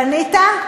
בנית?